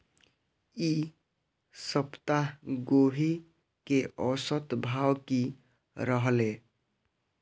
ई सप्ताह गोभी के औसत भाव की रहले?